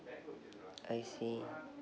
I see